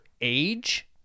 age